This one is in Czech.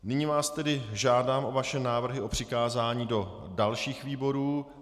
Nyní vás tedy žádám o vaše návrhy na přikázání do dalších výborů.